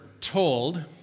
told